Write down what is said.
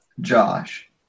Josh